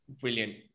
brilliant